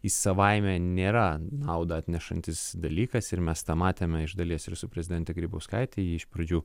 jis savaime nėra naudą atnešantis dalykas ir mes tą matėme iš dalies ir su prezidente grybauskaite ji iš pradžių